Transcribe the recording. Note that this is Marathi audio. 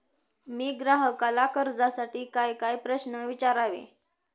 मी ग्राहकाला कर्जासाठी कायकाय प्रश्न विचारावे?